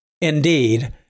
Indeed